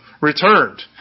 returned